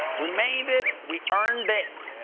we made it, we earned it.